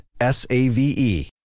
S-A-V-E